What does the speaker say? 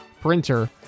printer